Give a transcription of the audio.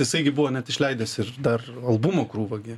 jisai gi buvo net išleidęs ir dar albumų krūvą gi